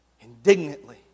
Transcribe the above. Indignantly